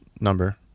number